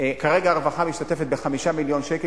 כרגע הרווחה משתתפת ב-5 מיליון שקל,